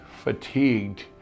fatigued